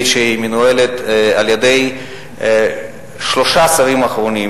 שמנוהלת על-ידי שלושת שרי האוצר האחרונים,